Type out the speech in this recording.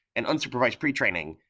and unsupervised pre-training,